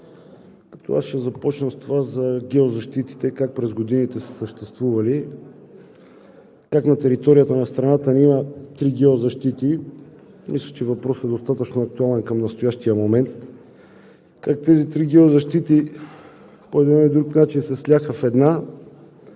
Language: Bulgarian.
Аз ще започна с геозащитите – как през годините са съществували, как на територията на страната ни има три геозащити. Мисля, че въпросът е достатъчно актуален към настоящия момент – как тези три геозащити в Плевен, Варна и Перник